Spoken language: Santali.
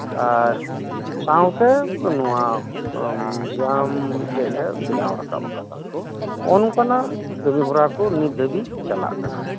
ᱟᱨ ᱥᱟᱶᱛᱮ ᱱᱚᱣᱟ ᱢᱤᱣᱡᱤᱭᱟᱢ ᱢᱤᱫᱴᱮᱡ ᱞᱮ ᱵᱮᱱᱟᱣ ᱨᱟᱠᱟᱵ ᱟᱠᱟᱫᱟ ᱱᱚᱝ ᱠᱟᱱᱟᱜ ᱠᱟᱹᱢᱤ ᱦᱚᱨᱟ ᱠᱩ ᱱᱤᱛ ᱫᱷᱟᱹᱵᱤᱡ ᱪᱟᱞᱟᱜ ᱠᱟᱱᱟ